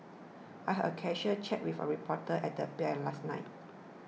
I had a casual chat with a reporter at the bar at last night